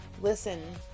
Listen